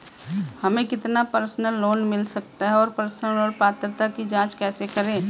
हमें कितना personal loan मिल सकता है और पर्सनल लोन पात्रता की जांच कैसे करें?